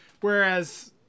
whereas